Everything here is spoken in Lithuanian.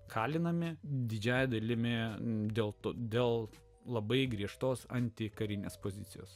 kalinami didžiąja dalimi dėl to dėl labai griežtos antikarinės pozicijos